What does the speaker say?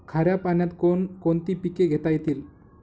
खाऱ्या पाण्यात कोण कोणती पिके घेता येतील?